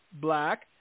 black